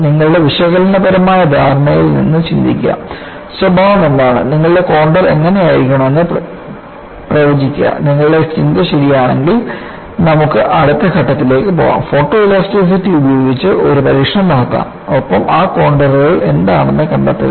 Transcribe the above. നിങ്ങളുടെ വിശകലനപരമായ ധാരണയിൽ നിന്ന് ചിന്തിക്കുക സ്വഭാവം എന്താണ് നിങ്ങളുടെ കോൺണ്ടർ ഇങ്ങനെയായിരിക്കുമെന്ന് പ്രവചിക്കുക നിങ്ങളുടെ ചിന്ത ശരിയാണെങ്കിൽ നമുക്ക് അടുത്ത ഘട്ടത്തിലേക്ക് പോകാം ഫോട്ടോഇലാസ്റ്റിസിറ്റി ഉപയോഗിച്ച് ഒരു പരീക്ഷണം നടത്താം ഒപ്പം ആ കോൺണ്ടർകൾ എന്താണെന്ന് കണ്ടെത്തുക